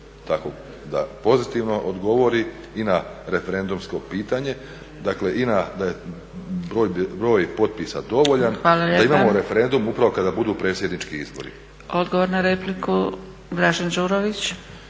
tako da pozitivno odgovori i na referendumsko pitanje, dakle i na da je broj potpisa dovoljan, da imamo referendum upravo kada budu predsjednički izbori. **Zgrebec, Dragica